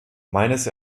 meines